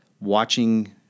watching